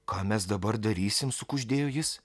ką mes dabar darysim sukuždėjo jis